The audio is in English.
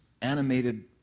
animated